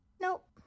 nope